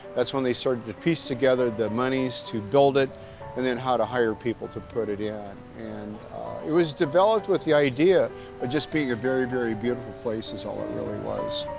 that's when they started to piece together the monies to build it and then how to hire people to put it in. and it was developed with the idea of just being a very, very beautiful place is all it really was.